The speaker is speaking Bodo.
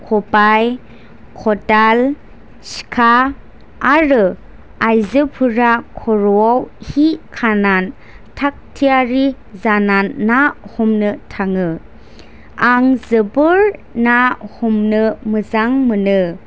खबाइ खदाल सिखा आरो आइजोफोरा खर'आव हि खानान थाग थियारि जानान ना हमनो थाङो आं जोबोर ना हमनो मोजां मोनो